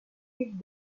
yves